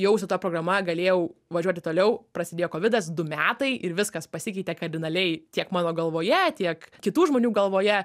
jau su ta programa galėjau važiuoti toliau prasidėjo kovidas du metai ir viskas pasikeitė kardinaliai tiek mano galvoje tiek kitų žmonių galvoje